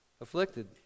afflicted